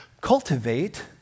cultivate